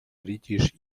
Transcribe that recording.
britisch